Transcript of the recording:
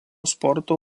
sporto